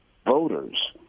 voters